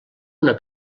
una